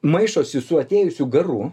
maišosi su atėjusiu garu